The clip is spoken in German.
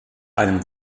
einem